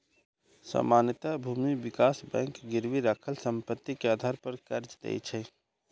सामान्यतः भूमि विकास बैंक गिरवी राखल संपत्ति के आधार पर कर्ज दै छै